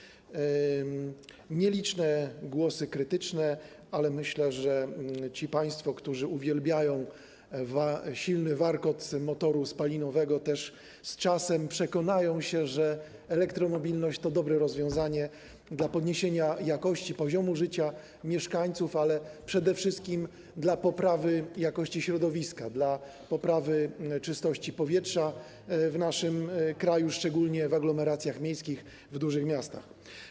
Pojawiały się nieliczne głosy krytyczne, ale myślę, że ci państwo, którzy uwielbiają silny warkot motoru spalinowego, też z czasem przekonają się, że elektromobilność to dobre rozwiązanie dla podniesienia jakości, poziomu życia mieszkańców, ale przede wszystkim dla poprawy jakości środowiska, czystości powietrza w naszym kraju, szczególnie w aglomeracjach miejskich i w dużych miastach.